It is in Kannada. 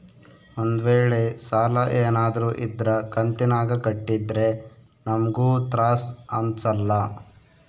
ಒಂದ್ವೇಳೆ ಸಾಲ ಏನಾದ್ರೂ ಇದ್ರ ಕಂತಿನಾಗ ಕಟ್ಟಿದ್ರೆ ನಮ್ಗೂ ತ್ರಾಸ್ ಅಂಸಲ್ಲ